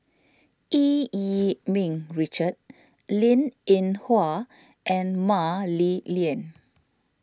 Eu Yee Ming Richard Linn in Hua and Mah Li Lian